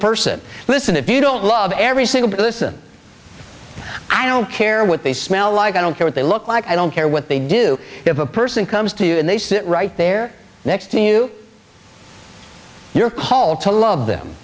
person listen if you don't love every single bit listen i don't care what they smell like i don't care what they look like i don't care what they do if a person comes to you and they sit right there next to you your call to love them